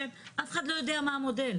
אף אחד לא יודע מה המודל,